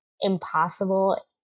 Impossible